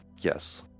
yes